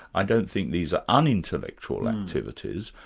i don't think these are unintellectual activities,